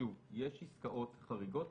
יש עסקאות חריגות,